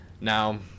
Now